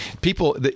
people